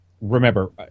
remember